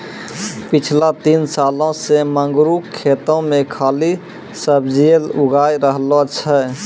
पिछला तीन सालों सॅ मंगरू खेतो मॅ खाली सब्जीए उगाय रहलो छै